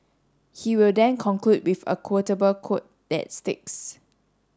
he will then conclude with a quotable quote that sticks